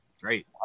Great